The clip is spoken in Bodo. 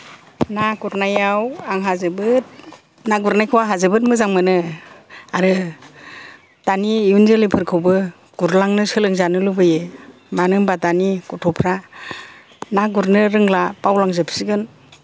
ना गुरनायाव आंहा जोबोद ना गुरनायखौ आंहा जोबोद मोजां मोनो आरो दानि इयुन जोलैफोरखौबो गुरलांनो सोलोंजानो लुबैयो मानो होनबा दानि गथ'फ्रा ना गुरनो रोंला बावलांजोबसिगोन